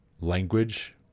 language